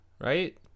right